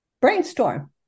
brainstorm